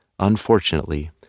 Unfortunately